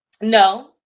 no